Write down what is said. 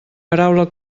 paraula